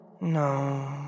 no